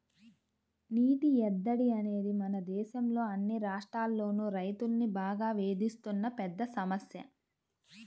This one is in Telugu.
నీటి ఎద్దడి అనేది మన దేశంలో అన్ని రాష్ట్రాల్లోనూ రైతుల్ని బాగా వేధిస్తున్న పెద్ద సమస్య